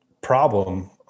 problem